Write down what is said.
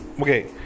okay